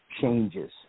changes